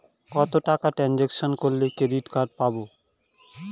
কত টাকা ট্রানজেকশন করলে ক্রেডিট কার্ড পাবো?